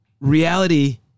reality